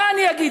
מה אני אגיד?